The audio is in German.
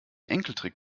enkeltrick